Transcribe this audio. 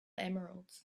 emeralds